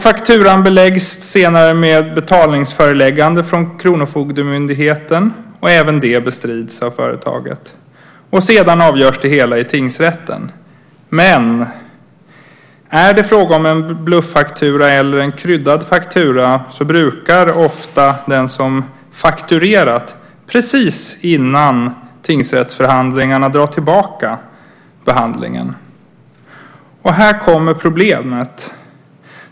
Fakturan beläggs senare med betalningsföreläggande från kronofogdemyndigheten. Även det bestrids av företaget. Sedan avgörs det hela i tingsrätten. Men är det fråga om en bluffaktura eller en kryddad faktura brukar ofta den som fakturerat, precis innan tingsrättsförhandlingarna, dra tillbaka den. Här kommer problemet.